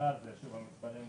בשנת